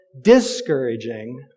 discouraging